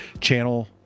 channel